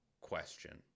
question